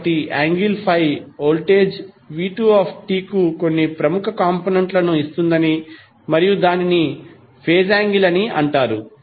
కాబట్టి angle ∅ voltage v2t కు కొన్ని ప్రముఖ కాంపొనెంట్ లను ఇస్తుందని మరియు దానిని మన ఫేజ్ యాంగిల్ అని అంటారు